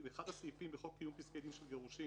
באחד הסעיפים בחוק קיום פסקי דין של גירושין